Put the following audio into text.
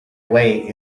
way